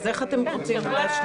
אז איך אתם רוצים להשליך?